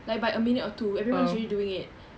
like by a minute or two everyone's already doing it